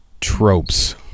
tropes